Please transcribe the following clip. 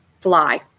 fly